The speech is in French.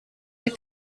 les